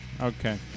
Okay